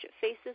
faces